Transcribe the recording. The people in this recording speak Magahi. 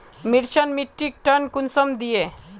मिर्चान मिट्टीक टन कुंसम दिए?